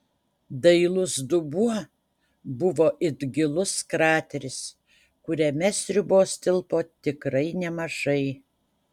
dailus dubuo buvo it gilus krateris kuriame sriubos tilpo tikrai nemažai